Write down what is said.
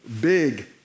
big